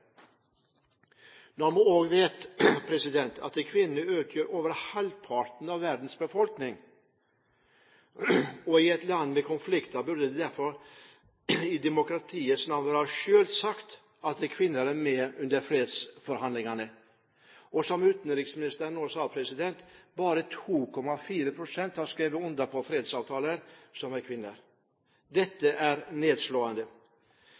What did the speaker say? et land med konflikter burde det derfor i demokratiets navn være selvsagt at kvinner er med under fredsforhandlinger. Utenriksministeren sa nå at bare 2,4 pst. av dem som har skrevet under på fredsavtaler, er kvinner. Dette er nedslående.